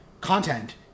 content